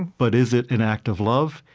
but is it an act of love?